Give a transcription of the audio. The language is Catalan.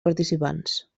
participants